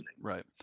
Right